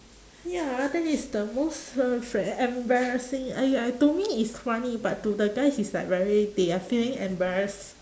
ya that is the most uh fr~ e~ embarrassing I I to me is funny but to the guys is like very they are feeling embarrassed